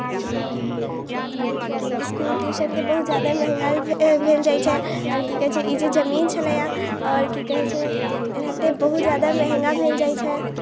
इसकुल ट्यूशनके बहुत जादा महगाइ भे भेल जाइ छै आओर कि कहै छै ई जे जमीन छलै आओर कि कहै छै एनाहिते बहुत जादा मँहगा भेल जाइ छै